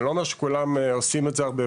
אני לא אומר שכולם עושים את זה הרבה,